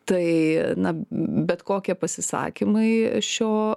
tai na bet kokie pasisakymai šio